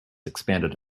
expanded